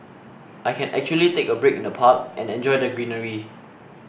I can actually take a break in the park and enjoy the greenery